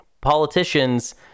politicians